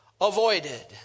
avoided